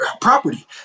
property